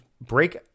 break